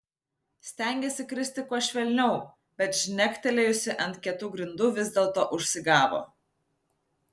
stengėsi kristi kuo švelniau bet žnektelėjusi ant kietų grindų vis dėlto užsigavo